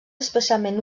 especialment